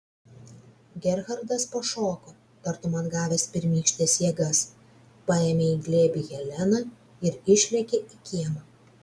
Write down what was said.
gerhardas pašoko tartum atgavęs pirmykštes jėgas paėmė į glėbį heleną ir išlėkė į kiemą